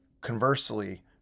Conversely